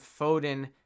Foden